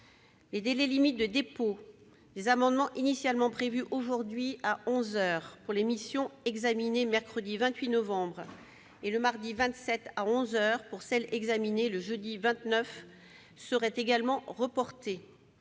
Les délais limites de dépôt des amendements, initialement prévus aujourd'hui, à onze heures, pour les missions examinées mercredi 28 novembre et le mardi 27, à onze heures, pour celles examinées le jeudi 29 seraient également reportés,